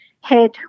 head